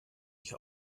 ich